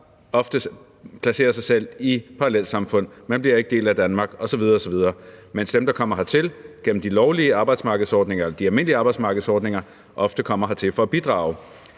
ofte placerer sig selv i parallelsamfund, og de bliver ikke en del af Danmark osv. osv., mens dem, der kommer hertil gennem de lovlige eller almindelige arbejdsmarkedsordninger, ofte kommer hertil for at bidrage.